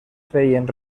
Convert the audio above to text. feien